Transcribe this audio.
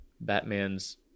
Batman's